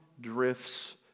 drifts